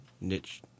niche